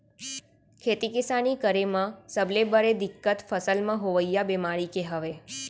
खेती किसानी करे म सबले बड़े दिक्कत फसल म होवइया बेमारी के हवय